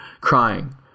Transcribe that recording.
crying